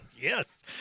yes